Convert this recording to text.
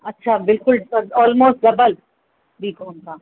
अच्छा बिल्कुलु almost double B com हा